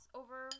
over